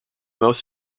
most